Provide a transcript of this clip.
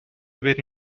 بری